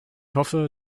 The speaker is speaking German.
hoffe